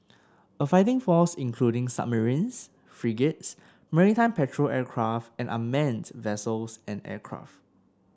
a fighting force including submarines frigates maritime patrol aircraft and unmanned vessels and aircraft